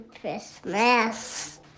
Christmas